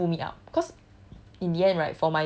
so I think those thing pull me up because